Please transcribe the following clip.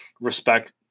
respect